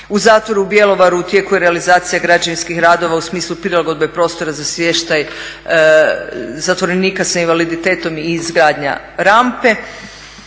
U zatvoru u Bjelovaru u tijeku je realizacija građevinskih radova u smislu prilagodbe prostora za smještaj zatvorenika sa invaliditetom i izgradnja rampe.